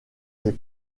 des